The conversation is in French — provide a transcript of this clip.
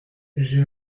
j’ai